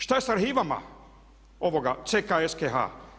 Šta je sa arhivama ovoga CHSKH.